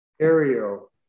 Ontario